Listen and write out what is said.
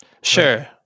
Sure